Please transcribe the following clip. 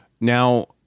Now